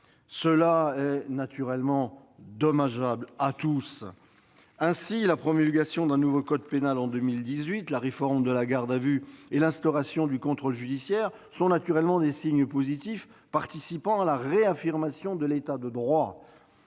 Cela est dommageable pour tout le monde. La promulgation d'un nouveau code pénal en 2018, la réforme de la garde à vue et l'instauration du contrôle judiciaire sont des signes positifs, qui participent de la réaffirmation de l'État de droit.